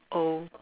oh